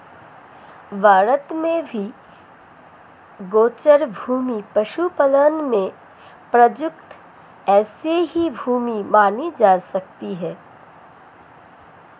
भारत में भी गोचर भूमि पशुपालन में प्रयुक्त ऐसी ही भूमि मानी जा सकती है